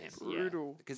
Brutal